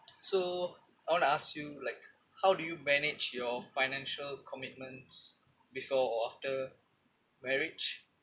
so I want ask you like how do you manage your financial commitments before or after marriage